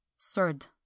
third